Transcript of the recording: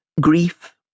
Grief